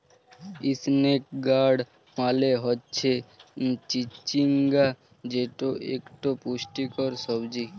ইসনেক গাড় মালে হচ্যে চিচিঙ্গা যেট ইকট পুষ্টিকর সবজি